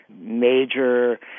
major